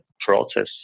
process